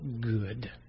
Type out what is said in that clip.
good